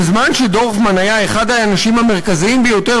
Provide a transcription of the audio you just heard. בזמן שדורפמן היה אחד האנשים המרכזיים ביותר